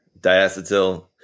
Diacetyl